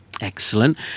Excellent